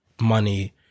money